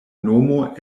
nomo